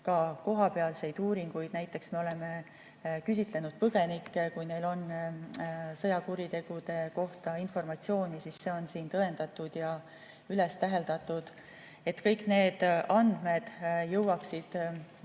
ka kohapealseid uuringuid. Näiteks me oleme küsitlenud põgenikke. Kui neil on sõjakuritegude kohta informatsiooni, siis see on tõendatud ja üles täheldatud, et kõik need andmed jõuaksid